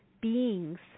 beings